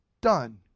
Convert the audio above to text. done